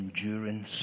endurance